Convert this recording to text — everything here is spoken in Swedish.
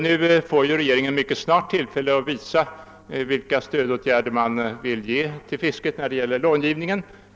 Nu får regeringen mycket snart tillfälle att visa vilka stödåtgärder regeringen vill ge till fisket när det gäller långivningen.